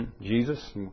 Jesus